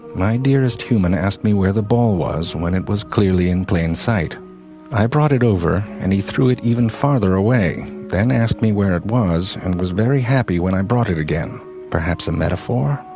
my dearest human asked me where the ball was when it was clearly in plain sight i brought it over and he threw it even farther away then asked me where it was and was very happy when i brought it again perhaps a metaphor?